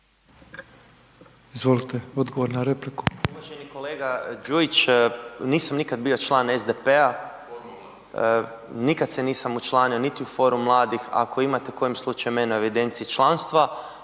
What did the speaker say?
Ivan (SIP)** Uvaženi kolega Đujić, nisam nikad bio član SDP-a, nikad se nisam učlanio niti u forum mladih, ako imate kojim slučajem mene u evidenciji članstva,